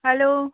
hello